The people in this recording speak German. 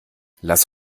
lass